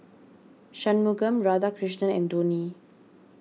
Shunmugam Radhakrishnan and Dhoni